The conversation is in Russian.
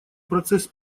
процесс